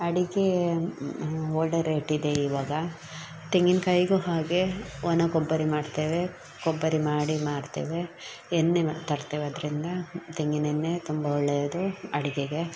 ಅಡಿಕೆ ಒಳ್ಳೆಯ ರೇಟಿದೆ ಇವಾಗ ತೆಂಗಿನಕಾಯಿಗು ಹಾಗೇ ಒಣ ಕೊಬ್ಬರಿ ಮಾಡ್ತೇವೆ ಕೊಬ್ಬರಿ ಮಾಡಿ ಮಾರ್ತೇವೆ ಎಣ್ಣೆ ಮ ತರ್ತೇವೆ ಅದರಿಂದ ತೆಂಗಿನೆಣ್ಣೆ ತುಂಬ ಒಳ್ಳೆಯದು ಅಡಿಗೆಗೆ